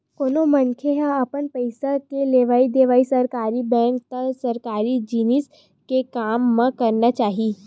कोनो मनखे ल अपन पइसा के लेवइ देवइ सरकारी बेंक ते सरकारी जिनिस के काम म करना चाही